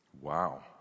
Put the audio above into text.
Wow